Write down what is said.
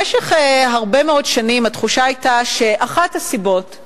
במשך הרבה מאוד שנים התחושה היתה שאחת הסיבות לכך